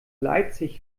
leipzig